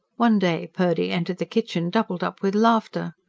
one day purdy entered the kitchen doubled up with laughter.